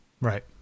Right